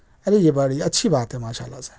ارے یہ بڑی اچھی بات ہے ماشاء اللہ سے